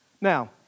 Now